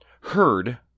heard